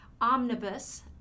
omnibus